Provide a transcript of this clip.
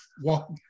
walk